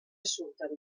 surten